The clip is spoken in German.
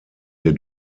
der